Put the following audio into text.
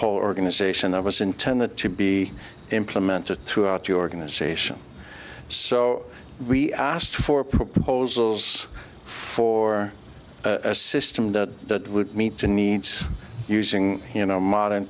whole organization of us intended to be implemented throughout your organization so we asked for proposals for a system that would meet the needs using you know modern